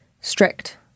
strict